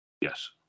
Yes